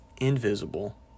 invisible